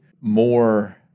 more